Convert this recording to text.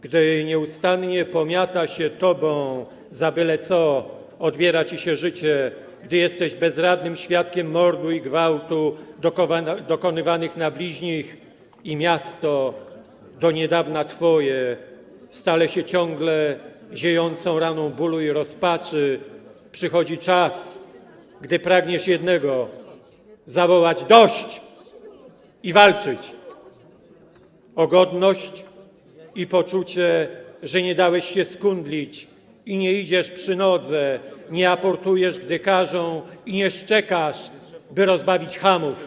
Gdy nieustannie pomiata się tobą, za byle co odbiera ci się życie, gdy jesteś bezradnym świadkiem mordu i gwałtu dokonywanych na bliźnich i miasto, do niedawna twoje, staje się ciągle ziejącą raną bólu i rozpaczy, przychodzi czas, gdy pragniesz jednego: zawołać „Dość!” i walczyć o godność i poczucie, że nie dałeś się skundlić i nie idziesz przy nodze, nie aportujesz, gdy każą, i nie szczekasz, by rozbawić chamów.